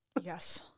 yes